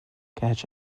catch